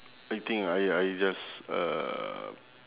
I think I I just uh